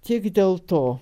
tik dėl to